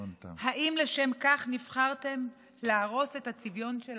האם לשם כך נבחרתם, להרוס את הצביון של המדינה?